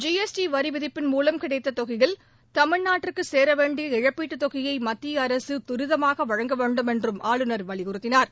G S T வரி விதிப்பின் மூலம் கிடைத்த தொகையில் தமிழ்நாட்டுக்குச் சேர வேண்டிய இழப்பீட்டுத் தொகையை மத்திய அரசு தரிதமாக வழங்க வேண்டுமென்றும் ஆளுநர் வலியுறுத்தினார்